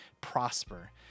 prosper